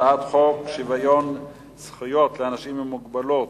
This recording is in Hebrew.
הצעת חוק לשכת עורכי-הדין (תיקון מס' 35)